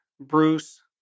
Bruce